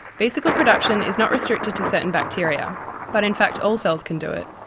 vesicle production is not restricted to certain bacteria but in fact all cells can do it.